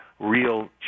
real